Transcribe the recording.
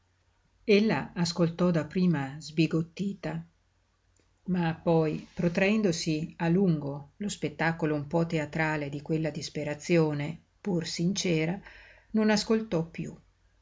ella ascoltò da prima sbigottita ma poi protraendosi a lungo lo spettacolo un po teatrale di quella disperazione pur sincera non ascoltò piú